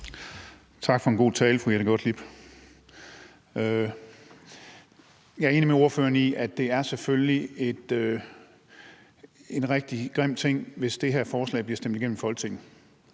Tak for en god tale, fru Jette Gottlieb. Jeg er enig med ordføreren i, at det selvfølgelig vil være en rigtig grim ting, hvis det her forslag bliver stemt igennem i Folketinget,